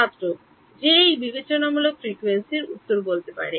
ছাত্র যে এই বিবেচনামূলক ফ্রিকোয়েন্সি উত্তর বলতে পারে